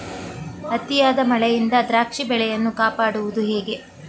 ಅತಿಯಾದ ಮಳೆಯಿಂದ ದ್ರಾಕ್ಷಿ ಬೆಳೆಯನ್ನು ಕಾಪಾಡುವುದು ಹೇಗೆ?